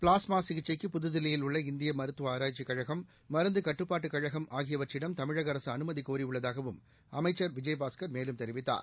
பிளாஸ்மாசிகிச்சைக்கு புதில்லியில் உள்ள இந்தியமருத்துவஆராய்ச்சிக் கழகம் மருந்துக் கட்டுப்பாட்டுகழகம் ஆகியவற்றிடம் தமிழகஅரசுஅனுமதிகோரியுள்ளதாகவும் அமைச்சர் விஜயபாஸ்கர் மேலும் தெரிவித்தார்